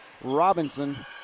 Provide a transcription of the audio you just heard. Robinson